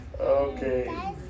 Okay